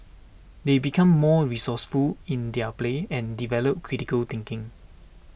they become more resourceful in their play and develop critical thinking